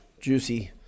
juicy